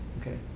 Okay